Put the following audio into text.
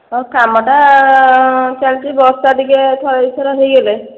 ହଁ କାମଟା ଚାଲିଛି ବର୍ଷା ଟିକେ ଥରେ ଦୁଇ ଥର ହୋଇଗଲେ